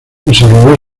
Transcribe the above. desarrolló